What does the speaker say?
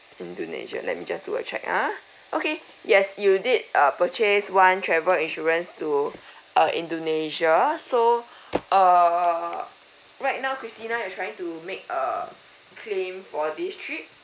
indonesia let me just do a check ah okay yes you did uh purchase one travel insurance to uh indonesia so err right now christina you are trying to make uh claim for this trip